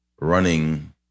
running